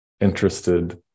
interested